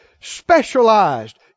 specialized